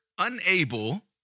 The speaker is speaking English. unable